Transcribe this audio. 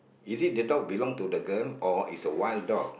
is it the dog belong to the girl or it's a wild dog